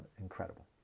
incredible